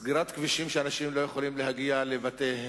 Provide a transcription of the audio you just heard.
סגירת כבישים כך שאנשים לא יכולים להגיע לבתיהם,